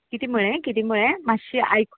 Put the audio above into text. कितें म्हळें कितें म्हळें मातशें म्हाका आयकूंक